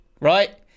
right